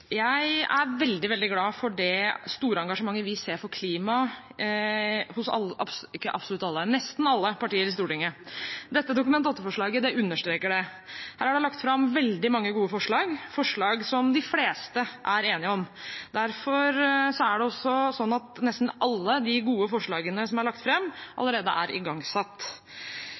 Jeg er veldig, veldig glad for det store engasjementet vi ser for klima hos alle – ikke absolutt alle, men nesten alle – partier i Stortinget. Dette Dokument 8-forslaget understreker det. Her er det lagt fram veldig mange gode forslag som de fleste er enige om. Derfor er det også sånn at nesten alle de gode forslagene som er lagt fram, allerede er igangsatt.